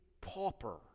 pauper